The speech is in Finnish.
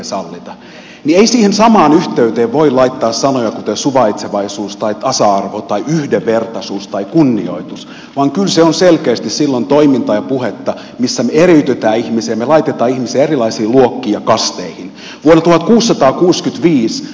ei siihen samaan yhteyteen voi laittaa sanoja kuten suvaitsevaisuus tai tasa arvo tai yhdenvertaisuus tai kunnioitus vaan kyllä se on selkeästi silloin toimintaa ja puhetta missä me eriytämme ihmisiä me laitamme ihmisiä erilaisiin luokkiin ja kasteihin